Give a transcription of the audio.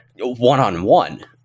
one-on-one